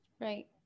Right